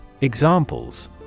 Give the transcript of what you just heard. Examples